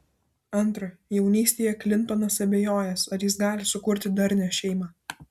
antra jaunystėje klintonas abejojęs ar jis gali sukurti darnią šeimą